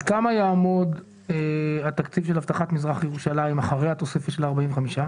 על כמה יעמוד התקציב של אבטחת מזרח ירושלים אחרי התוספת של ה-45?